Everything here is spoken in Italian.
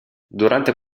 durante